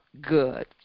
good